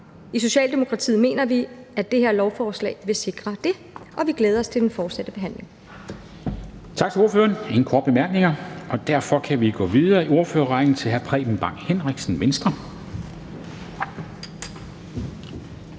I Socialdemokratiet mener vi, at det her lovforslag vil sikre det, og vi glæder os til den fortsatte behandling.